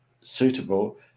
suitable